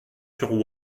sur